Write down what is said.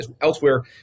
elsewhere